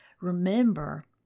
remember